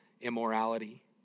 immorality